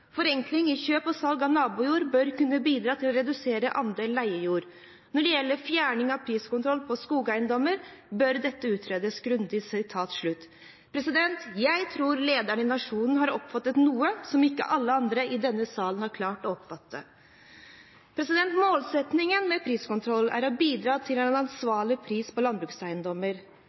i kjøp og salg av nabojord bør kunne bidra til å redusere andelen leiejord. Når det gjelder fjerning av priskontroll på skogeiendommer, må dette utredes grundig.» Jeg tror lederen i Nationen har oppfattet noe som ikke alle i denne salen har klart å oppfatte. Målsettingen med priskontroll er å bidra til en ansvarlig pris på landbrukseiendommer.